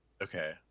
Okay